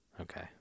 Okay